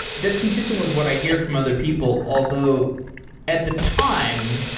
that's consistent with what i hear from other people, although at the time,